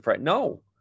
no